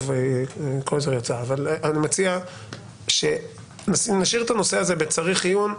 קרויזר יצא שנשאיר את הנושא הזה בצריך עיון.